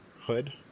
hood